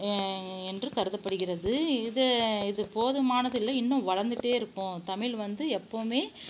என்று கருதப்படுகிறது இது இது போதுமானதில்லை இன்னும் வளர்ந்துட்டே இருக்கும் தமிழ் வந்து எப்போதுமே